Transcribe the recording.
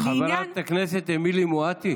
לעניין, חברת הכנסת אמילי מואטי,